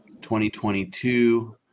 2022